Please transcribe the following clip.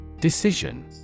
Decision